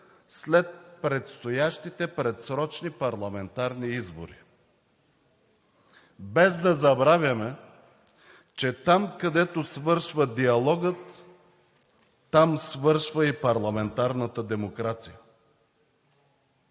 след предстоящите предсрочни парламентарни избори – без да забравяме, че там, където свършва диалогът, там свършва и парламентарната демокрация!